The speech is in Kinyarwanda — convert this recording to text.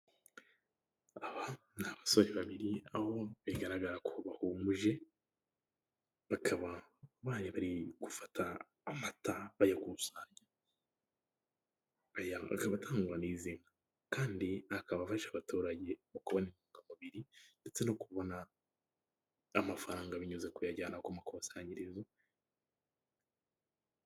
Aba ni abasore babiri aho bigaragara ko bahumuje bakaba bari gufata amata bayakusanya. baya n'zina kandi akaba afasha abaturage kubona intungamubiri ndetse no kubona amafaranga binyuze kuyajyana ku makusanyirizo.